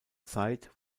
zeit